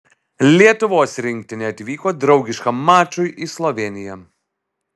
lietuvos rinktinė atvyko draugiškam mačui į slovėniją